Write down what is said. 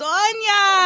Sonia